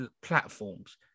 platforms